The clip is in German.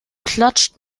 klatscht